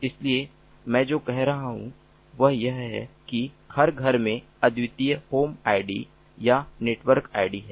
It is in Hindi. इसलिए मैं जो कह रहा हूं वह यह है कि हर घर में अद्वितीय होम आईडी या नेटवर्क आईडी है